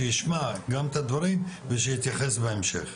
שיישמע גם את הדברים ושיתייחס בהמשך.